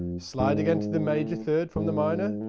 sliding into the major third from the minor,